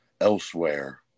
elsewhere